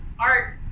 art